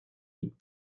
mit